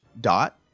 dot